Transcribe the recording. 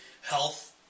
Health